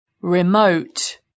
remote